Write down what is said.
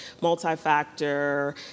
multi-factor